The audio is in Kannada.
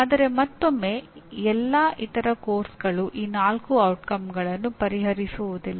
ಆದರೆ ಮತ್ತೊಮ್ಮೆ ಎಲ್ಲಾ ಇತರ ಪಠ್ಯಕ್ರಮಗಳು ಈ ನಾಲ್ಕು ಪರಿಣಾಮಗಳನ್ನು ಪರಿಹರಿಸುವುದಿಲ್ಲ